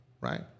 right